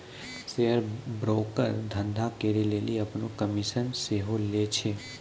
share broker धंधा करै लेली अपनो कमिशन सेहो लै छै